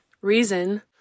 reason